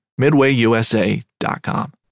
MidwayUSA.com